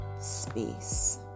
space